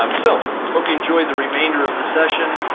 um so hope you enjoy the remainder of the session.